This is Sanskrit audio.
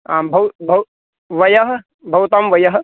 आं वयः भवतां वयः